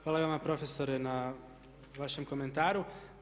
Hvala i vama profesore na vašem komentaru.